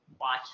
watch